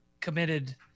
committed